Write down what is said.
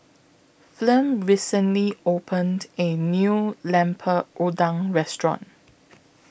Flem recently opened A New Lemper Udang Restaurant